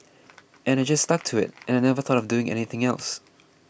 and I just stuck to it and I never thought of doing anything else